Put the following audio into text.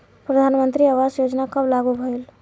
प्रधानमंत्री आवास योजना कब लागू भइल?